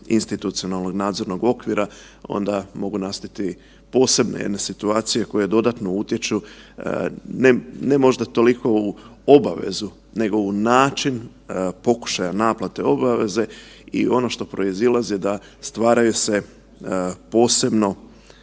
institucionalnog nadzornog okvira, onda mogu nastati posebne jedne situacije koje dodatno utječu, ne možda toliko u obavezu nego u način pokušaja naplate obaveze i ono što proizilazi, da stvaraju se posebni